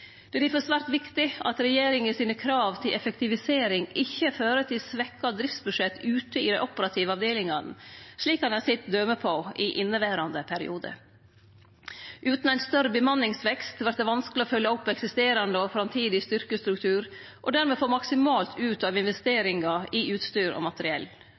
Det er difor svært viktig at regjeringa sine krav til effektivisering ikkje fører til svekte driftsbudsjett ute i dei operative avdelingane, slik ein har sett døme på i inneverande periode. Utan ein større bemanningsvekst vert det vanskeleg å fylle opp den eksisterande og framtidige styrkesstrukturen og dermed få maksimalt ut av investeringar i utstyr og materiell.